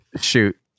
Shoot